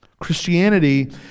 Christianity